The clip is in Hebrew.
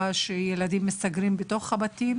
הסיבות לכך היא שהם מסתגרים בתוך הבתים.